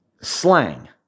slang